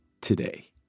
today